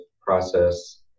process